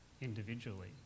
individually